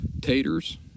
taters